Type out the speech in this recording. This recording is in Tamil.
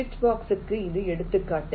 சுவிட்ச்பாக்ஸுக்கு இது ஒரு எடுத்துக்காட்டு